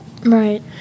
Right